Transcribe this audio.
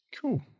cool